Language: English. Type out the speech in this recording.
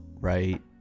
right